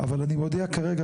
אבל אני מודיע כרגע,